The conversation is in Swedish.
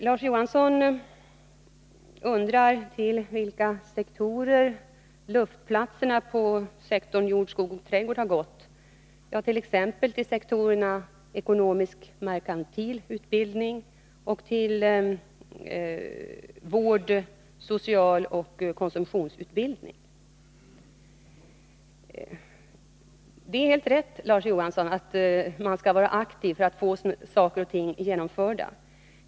Larz Johansson undrar till vilka sektorer ”luftplatserna” inom sektorn jord, skog och trädgård har gått. De har gått till t.ex. sektorerna ekonomisk-merkantil utbildning och sektorerna vårdutbildning, socialutbildning och konsumtionutbildning. Det är helt rätt, Larz Johansson, att man skall vara aktiv för att få saker och ting genomförda.